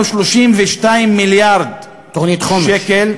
אנחנו, 32 מיליארד שקל.